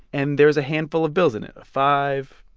and there is a handful of bills in it a five,